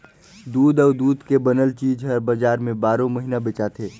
दूद अउ दूद के बनल चीज हर बजार में बारो महिना बेचाथे